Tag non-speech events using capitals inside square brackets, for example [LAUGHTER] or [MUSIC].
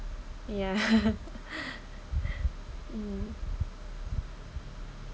yeah [LAUGHS] mm